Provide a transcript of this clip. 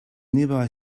nearby